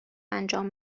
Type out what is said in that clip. انجام